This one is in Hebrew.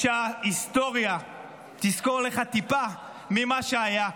שההיסטוריה תזכור לך טיפה ממה שהיה,